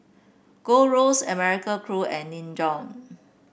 Gold Roast American Crew and Nin Jiom